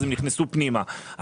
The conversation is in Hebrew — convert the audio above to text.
אז הם נכנסו פנימה.